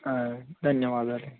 ధన్యవాదాలు